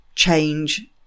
change